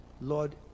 lord